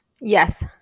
Yes